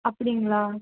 அப்படிங்களா